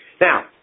Now